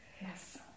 Yes